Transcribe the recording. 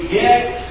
get